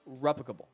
replicable